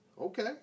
Okay